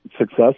success